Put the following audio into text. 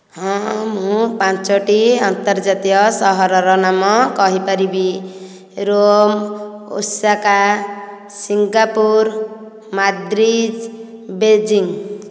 ହଁ ମୁଁ ପାଞ୍ଚଟି ଅନ୍ତର୍ଜାତୀୟ ସହରର ନାମ କହିପାରିବି Rome Osaka Singapore Madrid Beijing